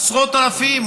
עשרות אלפים,